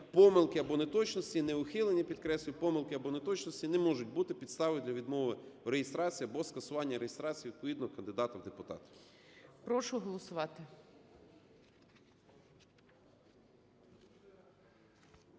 помилки або неточності, не ухилення, підкреслюю, помилки або неточності не можуть бути підставою для відмови в реєстрації або скасування реєстрації відповідного кандидата в депутати.